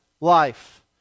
life